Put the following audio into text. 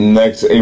next